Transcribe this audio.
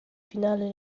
finale